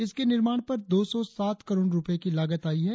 इसके निर्माण पर दो सौ सात करोड़ रुपये की लागत आई है